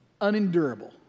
unendurable